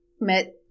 Met